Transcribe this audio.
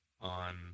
on